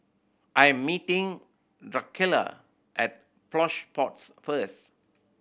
I'm meeting Drucilla at Plush Pods first